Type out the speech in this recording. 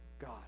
God